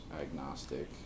agnostic